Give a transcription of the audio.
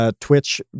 Twitch